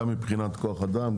גם מבחינת כוח אדם,